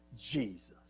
Jesus